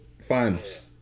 Finals